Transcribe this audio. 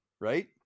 Right